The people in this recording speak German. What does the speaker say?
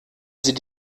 sie